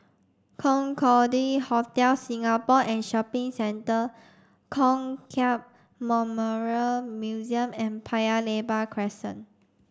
Concorde Hotel Singapore and Shopping Centre Kong Hiap Memorial Museum and Paya Lebar Crescent